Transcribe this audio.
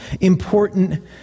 important